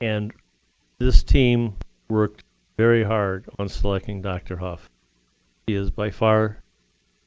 and this team worked very hard on selecting dr. hough. she is by far